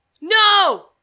No